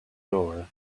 door